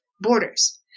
borders